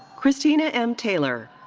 christina m. taylor.